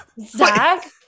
zach